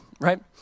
right